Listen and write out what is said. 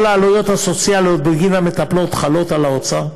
כל העלויות הסוציאליות בגין המטפלות חלות על האוצר.